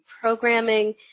programming